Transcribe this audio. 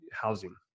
housing